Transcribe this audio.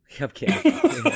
Okay